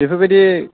बेफोरबायदि